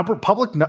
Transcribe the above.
public